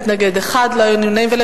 מתנגד אחד ואין נמנעים.